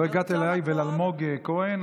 לא הגעת אליי ואל אלמוג כהן,